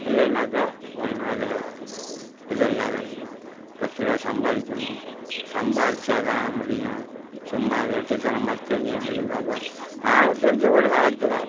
இல்லைனாக்கா ஒன்றும் அதில் இது இல்லாம இருக்கும் பத்துரூவா சம்பாதிக்கணும் சம்பாதிச்சாதான் முடியும் சும்மா வெட்டித்தனமாக திரிஞ்சிட்ருந்தாக்கா நானும் திரிஞ்சேன் ஒரு காலத்தில்